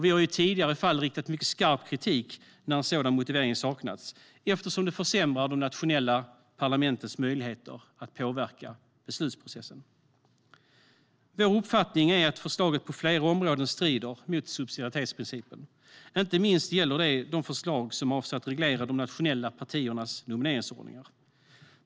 Vi har i tidigare fall riktat mycket stark kritik när en sådan motivering saknats, eftersom det försämrar de nationella parlamentens möjligheter att påverka beslutsprocessen. Vår uppfattning är att förslaget på flera områden strider mot subsidiaritetsprincipen. Inte minst gäller det de förslag som avser att reglera de nationella partiernas nomineringsordningar.